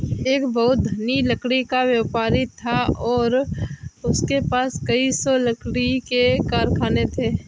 एक बहुत धनी लकड़ी का व्यापारी था और उसके पास कई सौ लकड़ी के कारखाने थे